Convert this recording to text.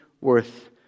worth